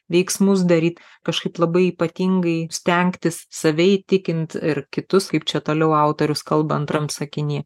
veiksmus daryt kažkaip labai ypatingai stengtis save įtikint ir kitus kaip čia toliau autorius kalba antram sakiny